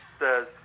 says